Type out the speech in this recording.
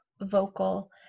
vocal